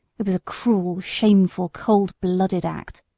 it was a cruel, shameful, cold-blooded act!